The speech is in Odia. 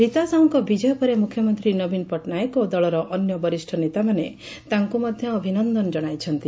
ରୀତା ସାହୁଙ୍କ ବିଜୟ ପରେ ମୁଖ୍ୟମନ୍ତୀ ନବୀନ ପଟ୍ଟନାୟକ ଓ ଦଳର ଅନ୍ୟ ବରିଷ ନେତାମାନେ ତାଙ୍କୁ ମଧ୍ୟ ଅଭିନନ୍ଦନ ଜଣାଇଛନ୍ତି